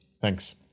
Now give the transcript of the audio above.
thanks